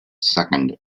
second